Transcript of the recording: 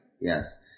yes